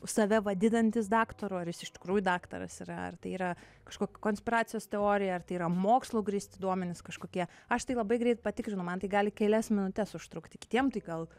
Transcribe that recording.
save vadinantis daktaru ar jis iš tikrųjų daktaras yra ar tai yra kažkok konspiracijos teorija ar tai yra mokslu grįsti duomenys kažkokie aš tai labai greit patikrinu man tai gali kelias minutes užtrukti kitiem tai gal